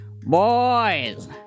Boys